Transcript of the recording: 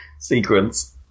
sequence